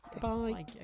Bye